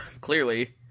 clearly